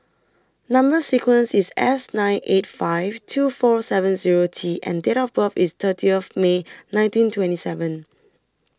Number sequence IS S nine eight five two four seven Zero T and Date of birth IS thirty of May nineteen twenty seven